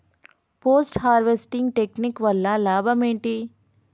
Post harvesting technique వల్ల లాభం ఏంటి?